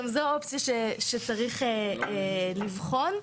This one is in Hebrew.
אופציה שצריך לבחון.